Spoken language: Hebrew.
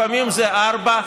לפעמים זה ארבעה.